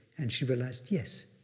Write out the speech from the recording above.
and she realized, yes,